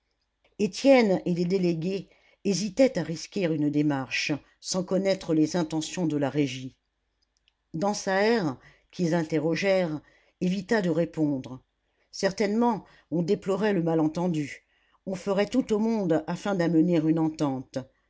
étienne et les délégués hésitaient à risquer une démarche sans connaître les intentions de la régie dansaert qu'ils interrogèrent évita de répondre certainement on déplorait le malentendu on ferait tout au monde afin d'amener une entente